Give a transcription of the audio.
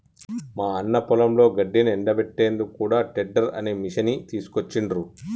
మా అన్న పొలంలో గడ్డిని ఎండపెట్టేందుకు కూడా టెడ్డర్ అనే మిషిని తీసుకొచ్చిండ్రు